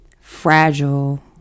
fragile